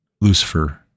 Lucifer